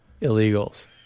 illegals